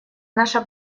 наша